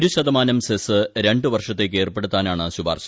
ഒരു ശതമാനം സെസ് രണ്ട് വർഷത്തേക്ക് ഏർപ്പെടുത്താനാണ് ശുപാർശ